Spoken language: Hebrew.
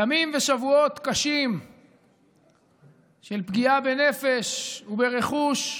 ימים ושבועות קשים של פגיעה בנפש וברכוש,